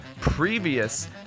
previous